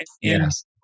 Yes